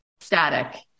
static